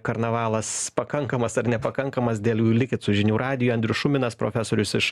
karnavalas pakankamas ar nepakankamas dėl jų likit su žinių radiju andrius šuminas profesorius iš